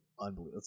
unbelievable